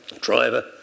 driver